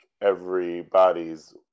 everybody's